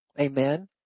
Amen